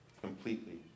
completely